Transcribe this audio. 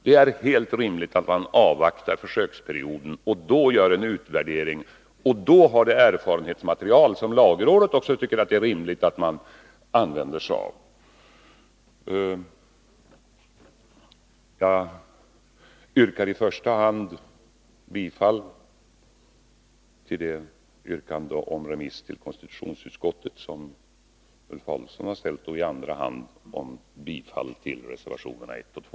Det är helt rimligt att man avvaktar försöksperioden och gör en utvärdering när man då har fått det erfarenhetsmaterial som också lagrådet tycker att det är rimligt att man använder sig av. Jag yrkar i första hand bifall till den begäran om remiss till konstitutions utskottet som Ulf Adelsohn har framställt och i andra hand bifall till reservationerna 1 och 2.